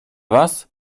was